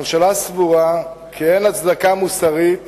הממשלה סבורה כי אין הצדקה מוסרית